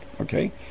okay